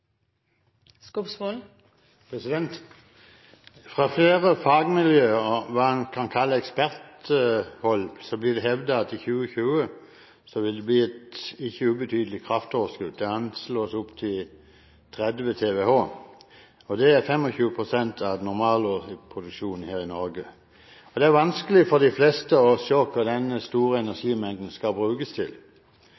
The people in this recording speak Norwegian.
hva en kan kalle eksperthold, blir det hevdet at det i 2020 vil bli et ikke ubetydelig kraftoverskudd. Det anslås opp til 30 TWh. Det er 25 pst. av et normalårs produksjon her i Norge. Det er vanskelig for de fleste å se hva denne store